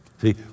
See